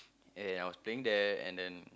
and I was playing there and then